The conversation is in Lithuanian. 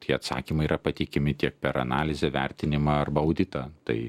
tie atsakymai yra pateikimi tiek per analizę vertinimą arba auditą tai